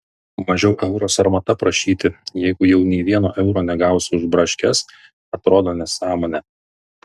mažiau euro sarmata prašyti jeigu jau nei vieno euro negausi už braškes atrodo nesąmonė